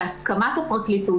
בהסכמת הפרקליטות,